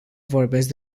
vorbesc